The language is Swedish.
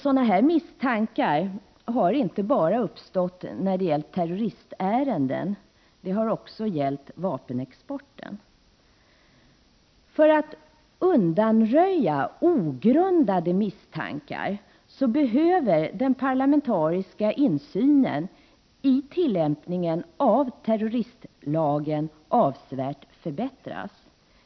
Sådana här misstankar har inte uppstått bara när det gällt terroristärenden utan också när det gällt vapenexporten. För att undanröja ogrundade misstankar behöver den parlamentariska insynen i tillämpningen av terroristlagen avsevärt förbättras.